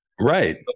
Right